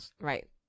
right